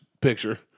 picture